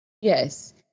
Yes